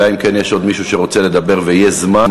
אלא אם כן יש עוד מישהו שרוצה לדבר ויהיה זמן,